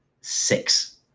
six